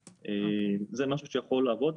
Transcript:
זה משהו שיכול לעבוד,